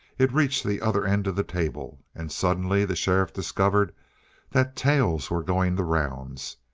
it reached the other end of the table, and suddenly the sheriff discovered that tales were going the rounds,